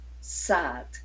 sad